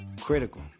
critical